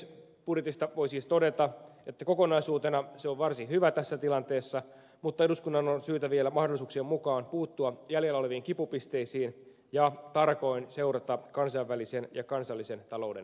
budjetista voi siis todeta että kokonaisuutena se on varsin hyvä tässä tilanteessa mutta eduskunnan on syytä vielä mahdollisuuksien mukaan puuttua jäljellä oleviin kipupisteisiin ja tarkoin seurata kansainvälisen ja kansallisen talouden kehitystä